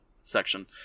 section